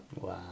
Wow